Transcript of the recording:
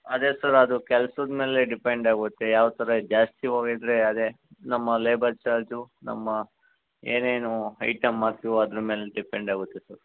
ಅದೇ ಸರ್ ಅದು ಕೆಲ್ಸದ ಮೇಲೆ ಡಿಪೆಂಡ್ ಆಗುತ್ತೇ ಯಾವ ಥರ ಜಾಸ್ತಿ ಹೋಗಿದ್ರೆ ಅದೇ ನಮ್ಮ ಲೇಬರ್ ಚಾರ್ಜು ನಮ್ಮ ಏನೇನೂ ಐಟಮ್ ಹಾಕ್ತಿವೋ ಅದ್ರ ಮೇಲೆ ಡಿಪೆಂಡ್ ಆಗುತ್ತೆ ಸರ್